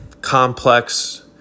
complex